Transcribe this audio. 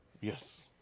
Yes